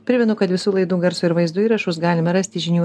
primenu kad visų laidų garso ir vaizdo įrašus galime rasti žinių